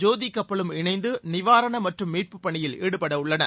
ஜோதி கப்பலும் இணைந்து நிவாரணப் மற்றும் மீட்புப் பணியில் ஈடுபடவுள்ளன